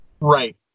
right